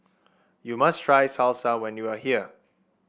you must try Salsa when you are here